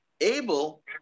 Abel